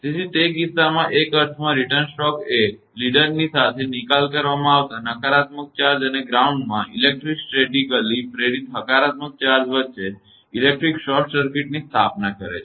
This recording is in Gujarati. તેથી તે કિસ્સામાં એક અર્થમાં રીટર્ન સ્ટ્રોક એ લીડર ની સાથે નિકાલ કરવામાં આવતા નકારાત્મક ચાર્જ અને ગ્રાઉન્ડમાં ઇલેક્ટ્રોસ્ટેટિકલી પ્રેરિત હકારાત્મક ચાર્જ વચ્ચે ઇલેક્ટ્રિક શોર્ટ સર્કિટની સ્થાપના કરે છે